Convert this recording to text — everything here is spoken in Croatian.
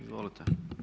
Izvolite.